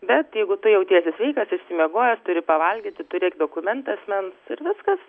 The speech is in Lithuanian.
bet jeigu tu jautiesi sveikas išsimiegojęs turi pavalgyti turėk dokumentą asmens ir viskas